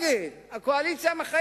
אני הייתי רוצה החלטות נכונות בהתנהלות